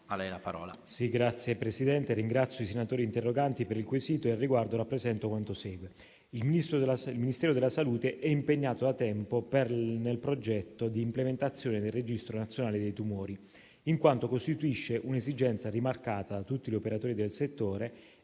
Signor Presidente, ringrazio i senatori interroganti per il quesito e al riguardo rappresento quanto segue. Il Ministero della salute è impegnato da tempo nel progetto di implementazione del registro nazionale dei tumori, in quanto costituisce un'esigenza rimarcata da tutti gli operatori del settore,